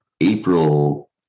April